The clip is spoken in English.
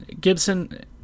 Gibson